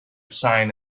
sign